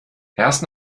erst